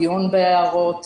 דיון בהערות,